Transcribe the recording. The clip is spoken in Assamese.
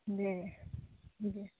দে